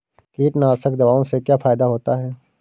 कीटनाशक दवाओं से क्या फायदा होता है?